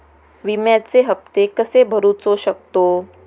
विम्याचे हप्ते कसे भरूचो शकतो?